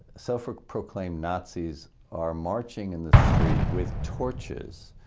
self-proclaimed nazis are marching in the streets, with torches,